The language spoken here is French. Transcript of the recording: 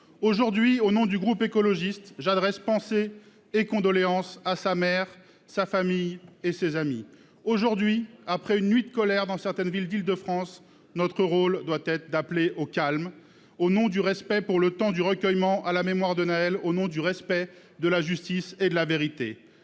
Aujourd'hui, au nom du groupe écologiste, j'adresse pensées et condoléances à sa mère, à sa famille et à ses amis. Aujourd'hui, après une nuit de colère dans certaines villes d'Île-de-France, notre rôle doit être d'appeler au calme, au nom du respect pour le temps du recueillement à la mémoire de Nahel et au nom du respect de la justice et de la vérité.